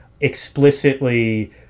explicitly